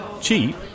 Cheap